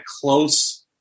close